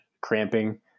cramping